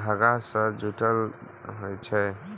धागा सं जुड़ल होइ छै